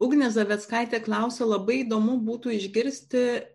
ugnė zaveckaitė klausia labai įdomu būtų išgirsti